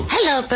Hello